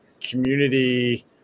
community